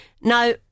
now